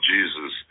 Jesus